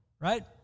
right